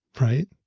right